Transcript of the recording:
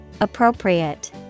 Appropriate